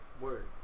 Word